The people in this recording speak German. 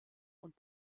und